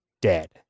dead